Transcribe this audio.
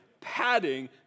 padding